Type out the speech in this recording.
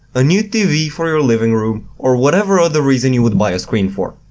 a new tv for your living room or whatever other reason you would buy a screen for.